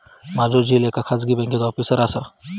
माझो झिल एका खाजगी बँकेत ऑफिसर असा